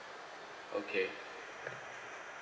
okay